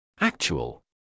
actual